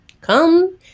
Come